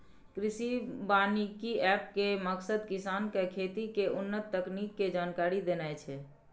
कृषि वानिकी एप के मकसद किसान कें खेती के उन्नत तकनीक के जानकारी देनाय छै